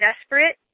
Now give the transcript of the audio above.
desperate